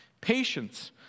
patience